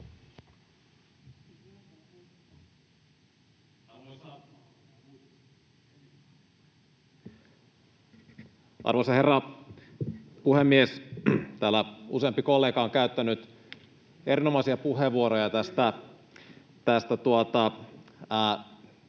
Arvoisa herra puhemies! Täällä useampi kollega on käyttänyt erinomaisia puheenvuoroja [Pasi